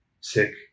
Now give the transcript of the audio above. sick